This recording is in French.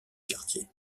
quartier